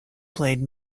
played